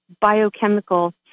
biochemical